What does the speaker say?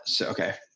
okay